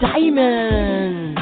Diamond